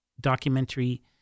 documentary